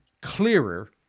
clearer